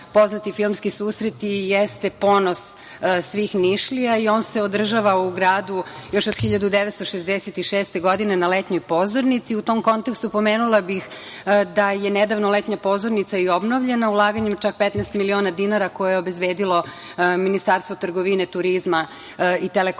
poznati filmski susreti jesu ponos svih Nišlija i on se održava u gradu još od 1966. godine na letnjoj pozornici. U tom kontekstu pomenula bih da je nedavno letnja pozornica i obnovljena ulaganjem čak 15 miliona dinara koje je obezbedilo Ministarstvo trgovine, turizma i telekomunikacija